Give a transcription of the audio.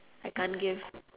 I can't give